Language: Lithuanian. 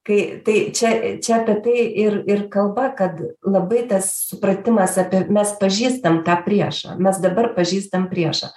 kai tai čia čia apie tai ir ir kalba kad labai tas supratimas apie mes pažįstam tą priešą mes dabar pažįstam priešą